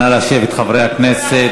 נא לשבת, חברי הכנסת.